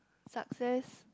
success